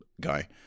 guy